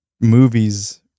movies